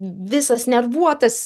visas nervuotas